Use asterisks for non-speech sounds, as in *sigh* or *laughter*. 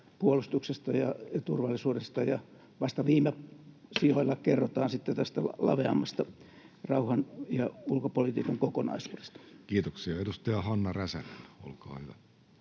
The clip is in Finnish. puolustuksesta ja turvallisuudesta, ja vasta viime sijoilla *noise* kerrotaan sitten tästä laveammasta rauhan ja ulkopolitiikan kokonaisuudesta. Kiitoksia. — Edustaja Hanna Räsänen, olkaa hyvä.